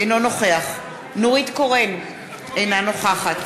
אינו נוכח נורית קורן, אינה נוכחת